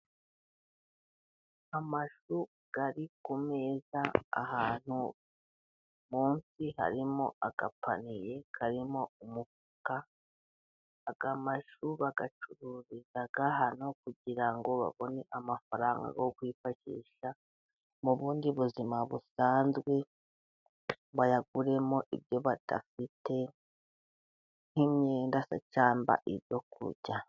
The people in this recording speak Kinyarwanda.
Amashu ari ku meza ahantu, munsi harimo agapaniye karimo umufuka, aya mashu bayacururiza hano, kugira ngo babone amafaranga yo kwifashisha mu bundi buzima busanzwe, bayaguramo ibyo badafite nk'imyenda se cyangwa ibyo kurya